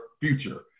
future